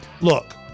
look